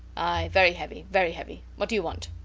aye! very heavy very heavy. what do you want?